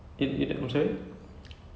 no lah I mean